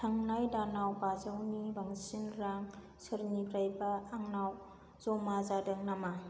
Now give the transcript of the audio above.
थांनाय दानाव बाजौनि बांसिन रां सोरनिफ्रायबा आंनाव जमा जादों नामा